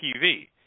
TV